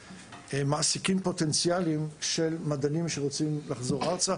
מעסיקים פוטנציאליים של מדענים שרוצים לחזור ארצה,